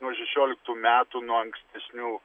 nuo šešioliktų metų nuo ankstesnių